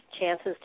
chances